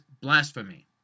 blasphemy